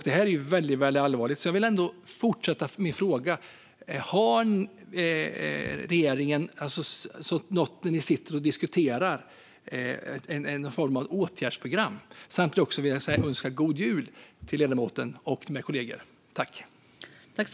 Det är väldigt allvarligt, så jag vill fråga om ni med regeringen diskuterar ett hållbart åtgärdsprogram. Jag vill samtidigt önska ledamoten och mina kollegor en god jul.